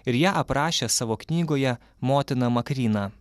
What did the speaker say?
ir ją aprašė savo knygoje motina makryna